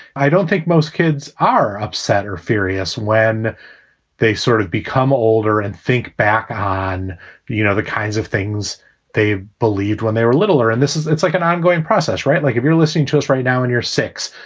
i don't think most kids are upset or furious when they sort of become older and think back on you know the kinds of things they believed when they were littler. and this is it's like an ongoing process. right. like if you're listening to this right now and you're six,